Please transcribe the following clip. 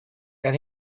then